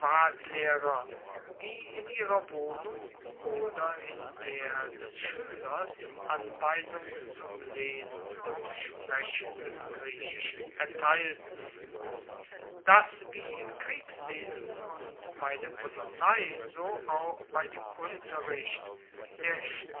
privatlehrer die in ihrer wohnung oder in der des schuelers anweisung zum lesen und sprechen des griechischen erteilten dass wie im kriegswesen und bei der polizei so auch bei dem unterricht der